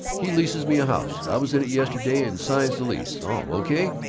he leases me a house. i was in yesterday and signs the lease, all o k,